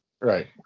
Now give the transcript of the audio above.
Right